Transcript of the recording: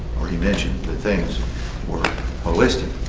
or he mentioned that things were holistic.